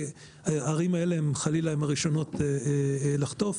כי הערים האלה חלילה הן הראשונות לחטוף.